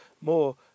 more